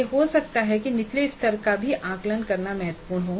यह हो सकता है कि निचले स्तर का भी आकलन करना महत्वपूर्ण हो